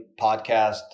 podcast